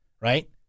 right